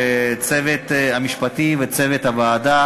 לצוות המשפטי ולצוות הוועדה.